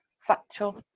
factual